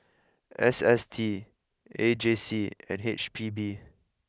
S S T A J C and H P B